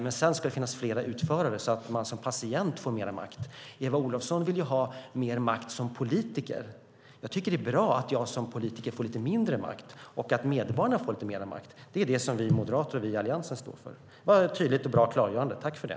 Men sedan ska det finnas flera utförare, så att man som patient får mer makt. Eva Olofsson vill ha mer makt som politiker. Jag tycker att det är bra att jag som politiker får lite mindre makt och att medborgarna får lite mer makt. Det är det som vi moderater och vi i Alliansen står för. Det var ett tydligt och bra klargörande. Tack för det!